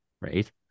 right